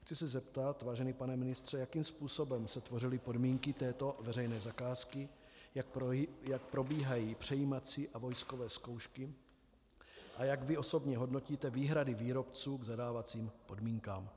Chci se zeptat, vážený pane ministře, jakým způsobem se tvořily podmínky této veřejné zakázky, jak probíhají přejímací a vojskové zkoušky a jak vy osobně hodnotíte výhrady výrobců k zadávacím podmínkám.